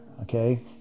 Okay